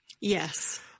Yes